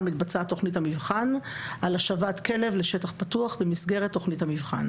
מתבצעת תכנית המבחן על השבת כלב לשטח פתוח במסגרת תכנית המבחן."